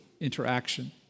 interaction